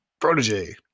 protege